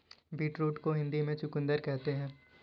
beetroot को हिंदी में चुकंदर कहते हैं